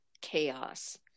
chaos